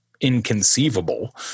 inconceivable